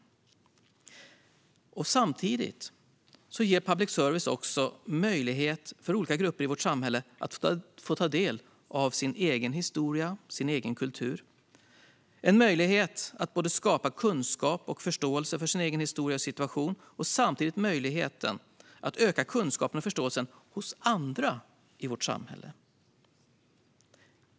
Samtidigt ger public service möjlighet för olika grupper i vårt samhälle att få ta del av sin egen historia och kultur. Det är en möjlighet att skapa både kunskap och förståelse för sin egen historia och situation och samtidigt möjligheten att öka kunskapen och förståelsen hos andra i vårt samhälle.